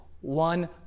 one